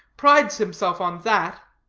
prides himself on that.